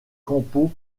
campo